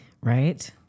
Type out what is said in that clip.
right